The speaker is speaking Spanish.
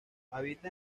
habita